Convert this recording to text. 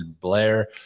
Blair